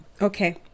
Okay